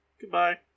Goodbye